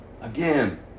Again